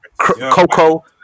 Coco